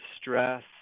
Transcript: stress